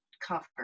cover